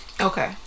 Okay